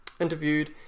interviewed